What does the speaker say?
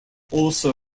also